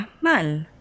mal